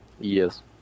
Yes